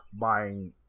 buying